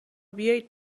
بیایید